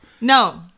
no